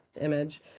image